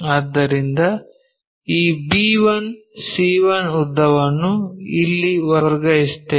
ಆದ್ದರಿಂದ ಈ b1 c1 ಉದ್ದವನ್ನು ಇಲ್ಲಿ ವರ್ಗಾಯಿಸುತ್ತೇವೆ